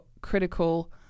critical